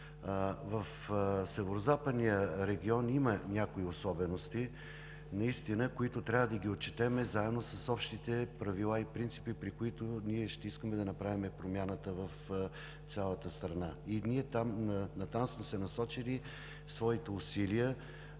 В Северозападния регион има някои особености, които трябва да ги отчетем заедно с общите правила и принципи, при които ние ще искаме да направим промяната в цялата страна. Ние натам сме насочили своите усилия